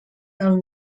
del